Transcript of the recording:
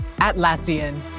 Atlassian